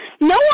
no